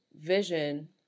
vision